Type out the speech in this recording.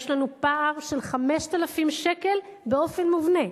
יש לנו פער של 5,000 שקל באופן מובנה.